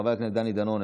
חבר הכנסת דני דנון,